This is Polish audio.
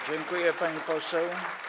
Dziękuję, pani poseł.